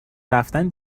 رفتن